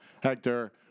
Hector